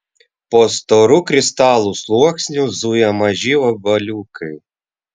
po storu kristalų sluoksniu zuja maži vabaliukai